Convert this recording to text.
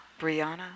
Brianna